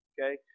Okay